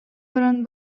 баран